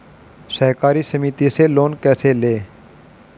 सहकारी समिति से लोन कैसे लें?